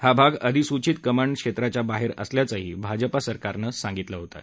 हा भाग अधिसूचित कमांड क्षेत्राच्या बाहेर असल्याचंही भाजप सरकारनं सांगितलं होतं